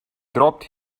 dropped